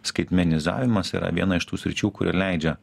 skaitmenizavimas yra viena iš tų sričių kuri leidžia